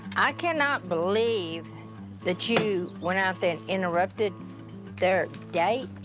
i cannot believe that you went out there and interrupted their date.